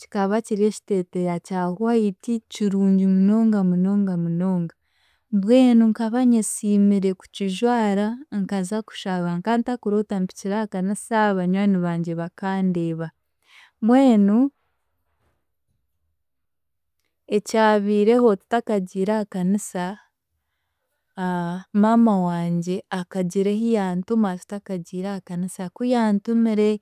kikaba kiri ekiteeteeyi kya white kirungi munonga, munonga, munonga, mbwenu nkaba nyesiimire kukijwara nkaza kushaba nkantakuroota mpikire aha Kanisa banywani bangye bakandeeba, mbwenu ekyabiireho tutakagiire aha Kanisa maama wangye akagira ehi yantuma tutakagiire aha kanisa ku yantumire